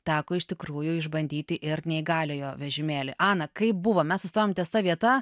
teko iš tikrųjų išbandyti ir neįgaliojo vežimėlį ana kaip buvo mes sustojom ties ta vieta